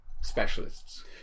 specialists